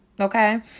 okay